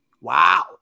Wow